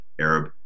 Arab